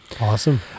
awesome